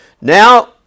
now